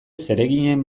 zereginen